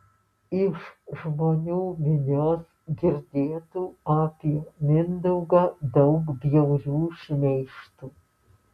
iš žmonių minios girdėtų apie mindaugą daug bjaurių šmeižtų